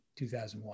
2001